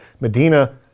Medina